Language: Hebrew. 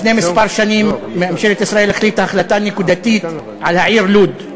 לפני כמה שנים ממשלת ישראל החליטה החלטה נקודתית על העיר לוד,